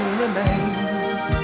remains